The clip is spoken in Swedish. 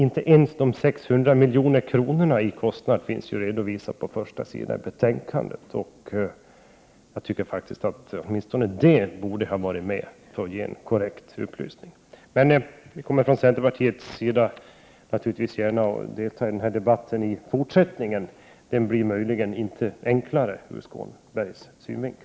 Inte ens de 600 miljoner kronorna i kostnad finns redovisade på första sidan i betänkandet. Jag tycker faktiskt att åtminstone det borde varit med för att ge en korrekt upplysning. Jag kommer att för centerpartiets räkning delta i denna debatt även i fortsättningen. Den blir möjligen inte enklare ur Krister Skånbergs synvinkel.